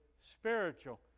spiritual